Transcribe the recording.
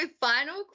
final